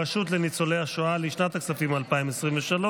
הרשות לניצולי השואה, לשנת הכספים 2023,